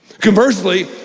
conversely